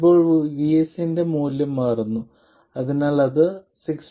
ഇപ്പോൾ VS ന്റെ മൂല്യം മാറുന്നു അതിനാൽ അത് 6